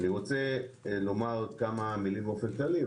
אני רוצה לומר כמה מילים באופן כללי,